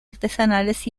artesanales